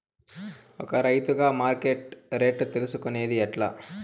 ఒక రైతుగా మార్కెట్ రేట్లు తెలుసుకొనేది ఎట్లా?